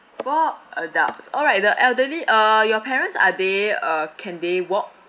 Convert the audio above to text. four adults all right the elderly uh your parents are they uh can they walk